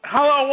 Hello